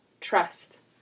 trust